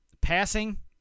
passing